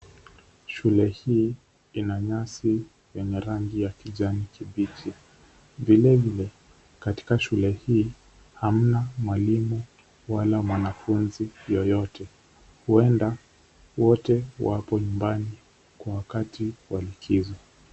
Shule hii ina nyasi yenye rangi ya kijani kibichi. Vilevile katika shule hii hamna mwalimu wala mwananfunzi yeyote. Huenda wote wapo nyumbani kwa wakati wa likizo.